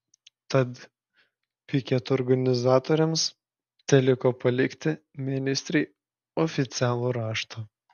tad piketo organizatoriams teliko palikti ministrei oficialų raštą